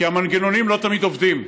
כי המנגנונים לא תמיד עובדים.